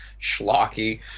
schlocky